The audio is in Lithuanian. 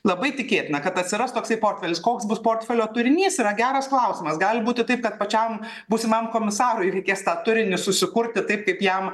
labai tikėtina kad atsiras toksai portfelis koks bus portfelio turinys yra geras klausimas gali būti taip kad pačiam būsimam komisarui reikės tą turinį susikurti taip kaip jam